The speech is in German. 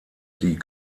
die